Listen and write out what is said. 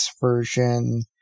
version